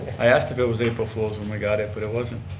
i asked if it was april fools when we got it, but it wasn't.